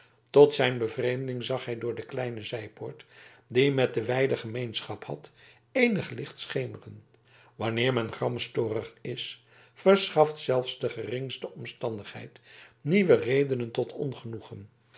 tot zijn bevreemding zag hij door de kleine zijpoort die met de weide gemeenschap had eenig licht schemeren wanneer men gramstorig is verschaft zelfs de geringste omstandigheid nieuwe redenen tot ongenoegen